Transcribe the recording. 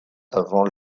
avant